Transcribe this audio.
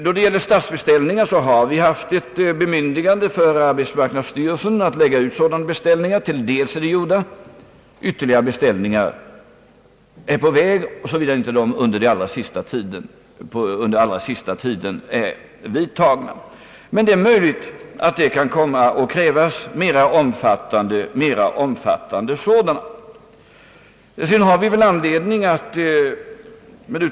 Då det gäller statsbeställningarna har vi haft ett bemyndigande för arbetsmarknadsstyrelsen att lägga ut sådana — till en del är de gjorda och ytterligare är på väg, såvida de inte redan gjorts under den allra sista tiden. Det är möjligt att mer omfattande sådana beställningar kan komma att krävas.